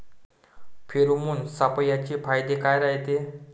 Pheromone सापळ्याचे फायदे काय रायते?